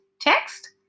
text